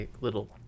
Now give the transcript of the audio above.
little